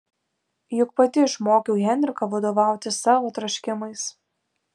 juk pati išmokiau henriką vadovautis savo troškimais